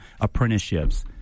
apprenticeships